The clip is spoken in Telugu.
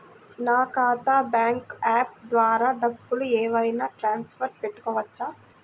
నా ఖాతా బ్యాంకు యాప్ ద్వారా డబ్బులు ఏమైనా ట్రాన్స్ఫర్ పెట్టుకోవచ్చా?